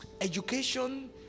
education